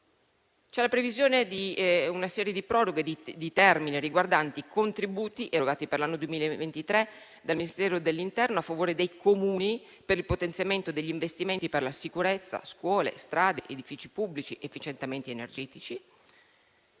C'è la previsione di una serie di proroghe di termini riguardanti i contributi erogati per l'anno 2023 dal Ministero dell'interno a favore dei Comuni per il potenziamento degli investimenti per la sicurezza, scuole strade, edifici pubblici, efficientamento energetico.